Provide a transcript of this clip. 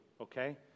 okay